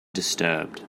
disturbed